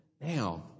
Now